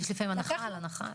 יש לפעמים הנחה על הנחה.